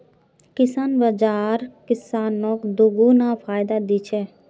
किसान बाज़ार किसानक दोगुना फायदा दी छे